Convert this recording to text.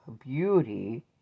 beauty